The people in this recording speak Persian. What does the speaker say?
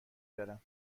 دارم